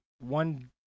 one